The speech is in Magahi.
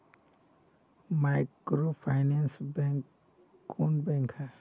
माइक्रोफाइनांस बैंक कौन बैंक है?